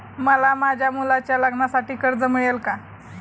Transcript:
मला माझ्या मुलाच्या लग्नासाठी कर्ज मिळेल का?